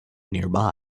nearby